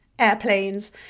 airplanes